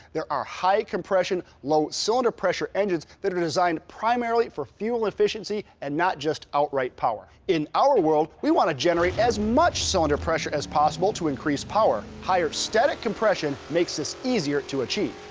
there are high compression, low cylinder pressure engines that are designed primarily for fuel efficiency and not just out right power. in our world we want to generate as much cylinder pressure as possible to increase power. higher static compression makes this easier to achieve.